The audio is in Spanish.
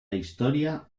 historia